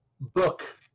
book